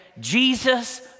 Jesus